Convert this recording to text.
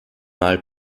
mal